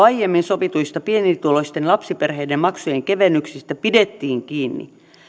aiemmin sovituista pienituloisten lapsiperheiden maksujen kevennyksistä pidettiin kiinni